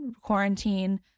quarantine